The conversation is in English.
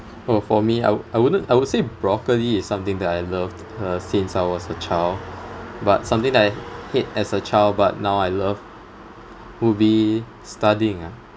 oh for me I I wouldn't I would say broccoli is something that I loved uh since I was a child but something that I hate as a child but now I love would be studying ah